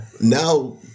Now